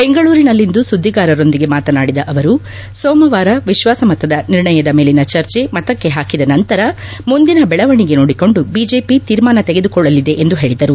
ಬೆಂಗಳೂರಿನಲ್ಲಿಂದು ಸುದ್ಗಿಗಾರರೊಂದಿಗೆ ಮಾತನಾಡಿದ ಅವರು ಸೋಮವಾರ ವಿಶ್ವಾಸಮತದ ನಿರ್ಣಯದ ಮೇಲಿನ ಚರ್ಚೆ ಮತಕ್ಕೆ ಹಾಕಿದ ನಂತರ ಮುಂದಿನ ಬೆಳವಣಿಗೆ ನೋಡಿಕೊಂಡು ಬಿಜೆಪಿ ತೀರ್ಮಾನ ತೆಗೆದುಕೊಳ್ಳಲಿದೆ ಎಂದು ಹೇಳಿದರು